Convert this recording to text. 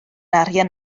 arian